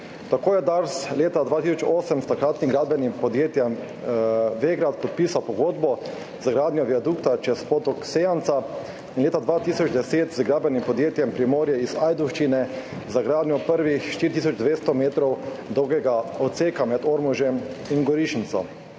Tako je Dars leta 2008 s takratnim gradbenim podjetjem Vegrad podpisal pogodbo za gradnjo viadukta čez potok Sejanca in leta 2010 z gradbenim podjetjem Primorje iz Ajdovščine za gradnjo 4 tisoč 200 metrov dolgega odseka med Ormožem in Gorišnico.